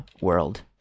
world